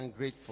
ungrateful